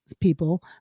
people